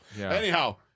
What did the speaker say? Anyhow